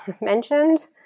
mentioned